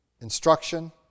instruction